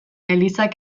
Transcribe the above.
elizak